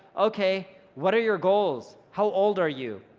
okay, what are your goals? how old are you?